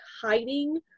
hiding